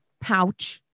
pouch